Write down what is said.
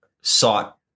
sought